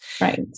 Right